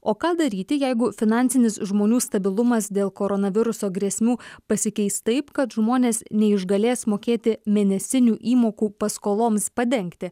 o ką daryti jeigu finansinis žmonių stabilumas dėl koronaviruso grėsmių pasikeis taip kad žmonės neišgalės mokėti mėnesinių įmokų paskoloms padengti